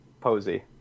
Posey